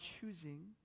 choosing